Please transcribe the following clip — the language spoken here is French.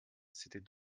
c’était